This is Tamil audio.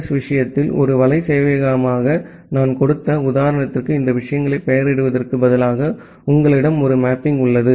எஸ் விஷயத்தில் ஒரு வலை சேவையகமாக நான் கொடுத்த உதாரணத்திற்கு இந்த விஷயங்களை பெயரிடுவதற்கு பதிலாக உங்களிடம் ஒரு மேப்பிங் உள்ளது